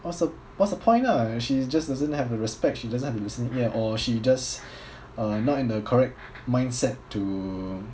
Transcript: what's the what's the point ah she just doesn't have the respect she doesn't have the listening ear or she just not in the correct mindset to